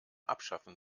abschaffen